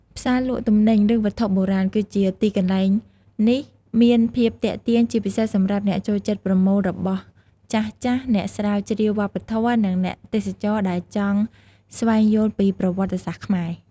ផ្សារលក់ទំនិញ ឬវត្ថុបុរាណ គឺជាទីកន្លែងនេះមានភាពទាក់ទាញជាពិសេសសម្រាប់អ្នកចូលចិត្តប្រមូលរបស់ចាស់ៗ អ្នកស្រាវជ្រាវវប្បធម៌ និងអ្នកទេសចរណ៍ដែលចង់ស្វែងយល់ពីប្រវត្តិសាស្ត្រខ្មែរ។